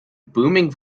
booming